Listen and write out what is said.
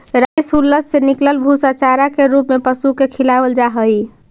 rice hulls से निकलल भूसा चारा के रूप में पशु के खिलावल जा हई